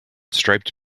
striped